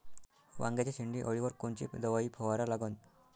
वांग्याच्या शेंडी अळीवर कोनची दवाई फवारा लागन?